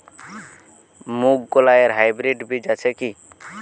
মুগকলাই এর হাইব্রিড বীজ আছে কি?